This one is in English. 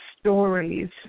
stories